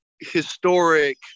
historic